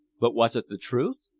but was it the truth?